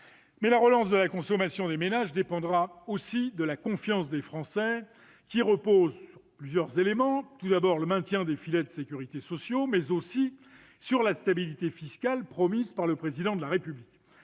la relance de la consommation des ménages dépendra aussi de la confiance des Français, qui repose sur plusieurs éléments : le maintien des filets sociaux de sécurité, mais aussi la stabilité fiscale promise par le Président de la République.